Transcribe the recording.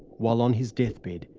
while on his deathbed,